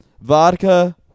Vodka